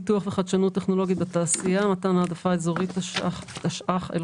פיתוח וחדשנות טכנולוגית בתעשייה (מתן העדפה אזורית) (תיקון מס' 2),